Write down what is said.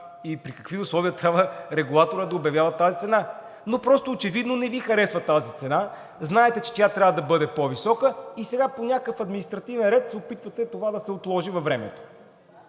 и при какви условия трябва регулаторът да обявява тази цена. Очевидно тази цена просто не Ви харесва, защото знаете, че тя трябва да бъде по-висока и сега по някакъв административен ред се опитвате това да се отложи във времето,